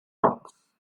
rocks